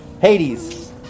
Hades